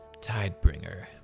Tidebringer